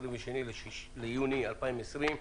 22 ביוני 2020,